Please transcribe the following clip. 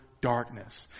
darkness